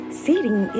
seating